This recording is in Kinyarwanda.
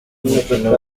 umukino